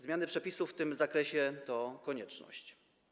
Zmiany przepisów w tym zakresie to konieczność.